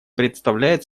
представляет